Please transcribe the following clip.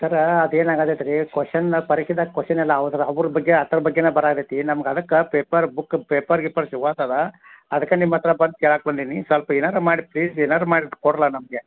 ಸರ್ರ ಅದೇನು ಆಗತೈತೆ ರೀ ಕೊಷ್ಷನ್ನ ಪರೀಕ್ಷೆದಾಗೆ ಕೊಷ್ಷನ್ನೆಲ್ಲ ಅವ್ರ ಬಗ್ಗೆ ಅದ್ರ ಬಗ್ಗೆಯೇ ಬರಾಹತೈತಿ ನಮ್ಗೆ ಅದಕ್ಕೆ ಪೇಪರ್ ಬುಕ್ ಪೇಪರ್ ಗೀಪರ್ ಸಿಗುತ್ತದಾ ಅದಕ್ಕೆ ನಿಮ್ಮ ಹತ್ತಿರ ಬಂದು ಕೇಳಕ್ಕೆ ಬಂದೀನಿ ಸ್ವಲ್ಪ ಏನಾರೂ ಮಾಡಿ ಪ್ಲೀಸ್ ಏನಾಡೂ ಮಾಡಿ ಕೊಡ್ಲ ನಮಗೆ